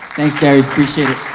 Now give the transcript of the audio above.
thanks gary, appreciate it.